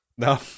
No